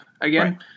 again